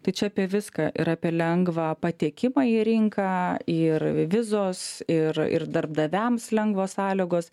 tai čia apie viską ir apie lengvą patekimą į rinką ir vizos ir ir darbdaviams lengvos sąlygos